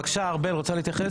בבקשה ארבל, רוצה להתייחס?